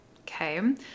Okay